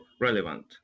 relevant